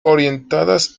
orientadas